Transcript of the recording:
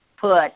put